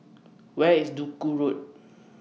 Where IS Duku Road